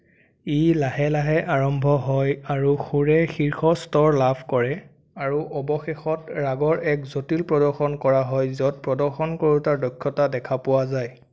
ই লাহে লাহে আৰম্ভ হয় আৰু সুৰে শীৰ্ষ স্তৰ লাভ কৰে আৰু অৱশেষত ৰাগৰ এক জটিল প্ৰদৰ্শন কৰা হয় য'ত প্ৰদৰ্শন কৰোতাৰ দক্ষতা দেখা পোৱা যায়